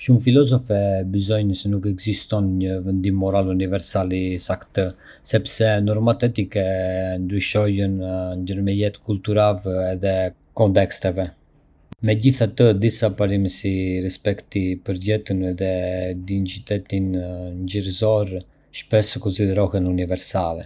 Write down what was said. Shumë filozofë besojnë se nuk ekziston një vendim moral universal i saktë, sepse normat etike ndryshojnë ndërmjet kulturave edhe konteksteve. Megjithatë, disa parime si respekti për jetën edhe dinjitetin njerëzor shpesh konsiderohen universale.